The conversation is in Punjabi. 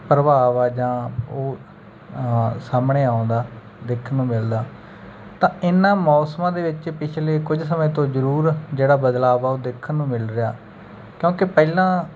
ਪ੍ਰਭਾਵ ਹੈ ਜਾਂ ਉਹ ਸਾਹਮਣੇ ਆਉਂਦਾ ਦੇਖਣ ਨੂੰ ਮਿਲਦਾ ਤਾਂ ਇਨ੍ਹਾਂ ਮੌਸਮਾਂ ਦੇ ਵਿੱਚ ਪਿਛਲੇ ਕੁਝ ਸਮੇਂ ਤੋਂ ਜ਼ਰੂਰ ਜਿਹੜਾ ਬਦਲਾਵ ਆ ਉਹ ਦੇਖਣ ਨੂੰ ਮਿਲ ਰਿਹਾ ਕਿਉਂਕਿ ਪਹਿਲਾਂ